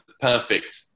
perfect